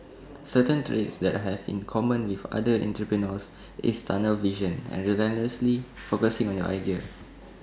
certain traits that have had in common with other entrepreneurs is tunnel vision and relentlessly focusing on your idea